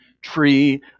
tree